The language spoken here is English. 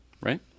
right